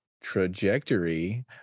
trajectory